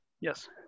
yes